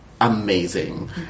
amazing